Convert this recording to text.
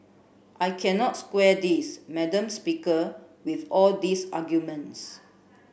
I cannot square this madam speaker with all these arguments